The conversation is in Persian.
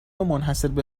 منحصربه